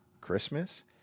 Christmas